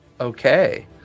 Okay